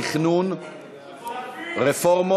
לוועדת התכנון, רפורמות,